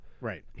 Right